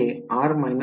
तर ही माझी आहे